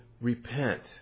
repent